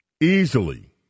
easily